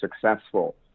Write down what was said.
successful